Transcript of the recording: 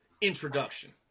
introduction